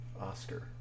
Oscar